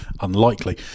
unlikely